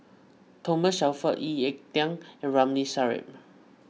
Thomas Shelford Lee Ek Tieng and Ramli Sarip